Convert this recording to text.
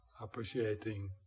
appreciating